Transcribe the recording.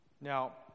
Now